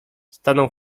stanął